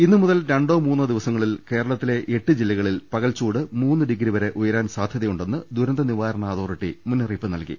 ഇന്ന് മുതൽ രണ്ടോ മൂന്നോ ദിവസങ്ങളിൽ കേരളത്തിലെ എട്ട് ജില്ല കളിൽ പകൽച്ചൂട് മൂന്ന് ഡിഗ്രിവരെ ഉയരാൻ സാധ്യതയുണ്ടെന്ന് ദുരന്ത നിവാരണ അതോറിറ്റി മുന്നറിയിപ്പ് നൽകി